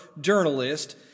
journalist